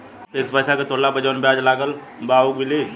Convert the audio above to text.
Fix पैसा के तोड़ला पर जवन ब्याज लगल बा उ मिली?